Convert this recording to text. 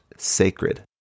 sacred